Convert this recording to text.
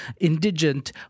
indigent